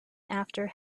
after